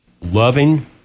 loving